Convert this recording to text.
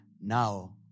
now